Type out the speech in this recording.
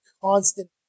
constant